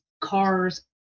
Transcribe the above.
cars